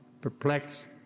perplexed